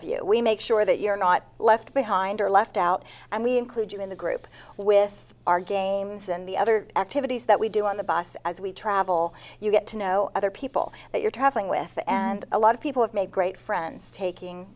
of you we make sure that you're not left behind or left out and we include you in the group with our games and the other activities that we do on the bus as we travel you get to know other people that you're traveling with and a lot of people have made great friends taking